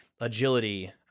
agility